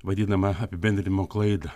vadinamą apibendrinimo klaidą